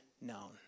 known